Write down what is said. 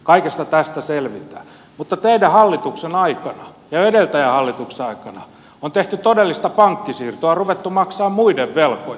kaikesta tästä selvitään mutta teidän hallituksenne aikana ja jo edeltäjänne hallituksen aikana on tehty todellista pankkisiirtoa ruvettu maksamaan muiden velkoja